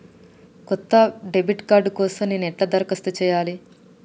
కొత్త debit card కోసం నేను ఎట్లా దరఖాస్తు చేయాలి?